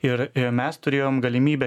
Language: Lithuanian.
ir mes turėjom galimybę